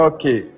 Okay